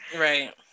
right